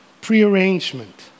Prearrangement